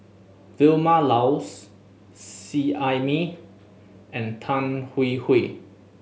Vilma Laus Seet Ai Mee and Tan Hwee Hwee